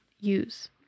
use